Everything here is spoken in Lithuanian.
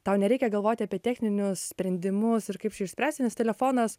tau nereikia galvoti apie techninius sprendimus ir kaip čia išspręsti nes telefonas